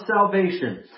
salvation